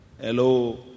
Hello